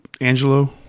Angelo